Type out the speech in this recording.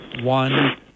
one